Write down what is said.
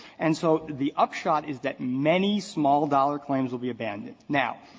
and so the upshot is that many small dollar claims will be abandoned. now,